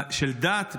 של דעת,